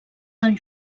del